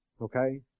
Okay